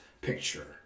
picture